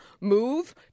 Move